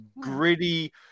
gritty